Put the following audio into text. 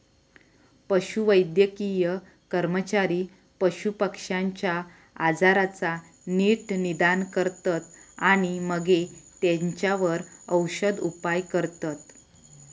पशुवैद्यकीय कर्मचारी पशुपक्ष्यांच्या आजाराचा नीट निदान करतत आणि मगे तेंच्यावर औषदउपाय करतत